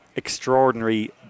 extraordinary